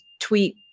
tweet